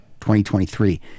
2023